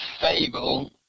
Fable